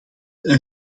een